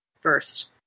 first